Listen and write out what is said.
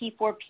p4p